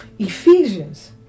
Ephesians